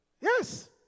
Yes